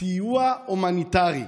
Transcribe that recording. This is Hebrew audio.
סיוע הומניטרי.